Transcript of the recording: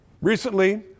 recently